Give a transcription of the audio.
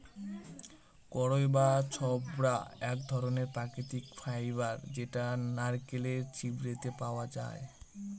কইর বা ছবড়া এক ধরনের প্রাকৃতিক ফাইবার যেটা নারকেলের ছিবড়েতে পাওয়া যায়